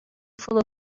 full